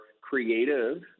creative